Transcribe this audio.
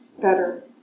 better